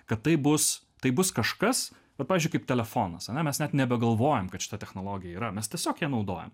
kad taip bus tai bus kažkas nu pavyzdžiui kaip telefonas ane mes net nebegalvojam kad šita technologija yra mes tiesiog ją naudojam